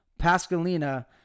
Pascalina